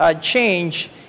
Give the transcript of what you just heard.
change